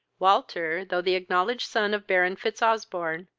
walter, though the acknowledged son of baron fitzosbourne,